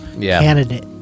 candidate